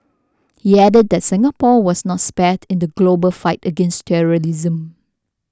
he added that Singapore was not spared in the global fight against terrorism